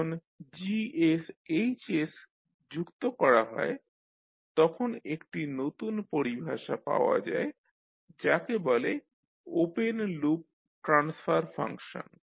যখন GH যুক্ত করা হয় তখন একটি নতুন পরিভাষা পাওয়া যায় যাকে বলে ওপেন লুপ ট্রান্সফার ফাংশন